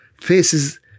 faces